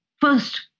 first